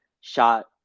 shot